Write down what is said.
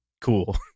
cool